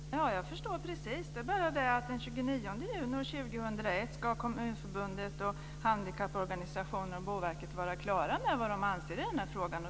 Fru talman! Jag förstår precis. Den 29 juni 2001 ska Kommunförbundet, handikapporganisationerna och Boverket vara klara med vad de anser i frågan.